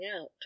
out